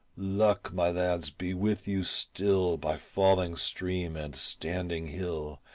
luck, my lads, be with you still by falling stream and standing hill,